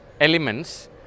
elements